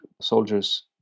soldiers